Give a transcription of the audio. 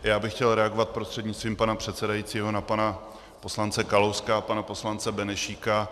Já bych chtěl reagovat prostřednictvím pana předsedajícího na pana poslance Kalouska a pana poslance Benešíka.